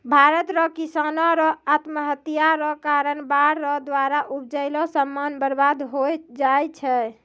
भारत रो किसानो रो आत्महत्या रो कारण बाढ़ रो द्वारा उपजैलो समान बर्बाद होय जाय छै